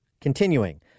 Continuing